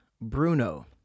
Bruno